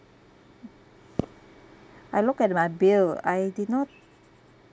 I look at my bill I did not